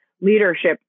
Leadership